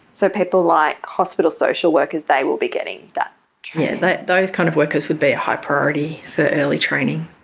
so people like hospital social workers, they will be getting that training? yes, those kind of workers will be a high priority for early training.